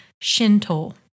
Shinto